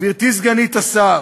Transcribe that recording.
גברתי סגנית השר,